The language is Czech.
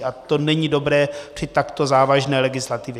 A to není dobré při takto závažné legislativě.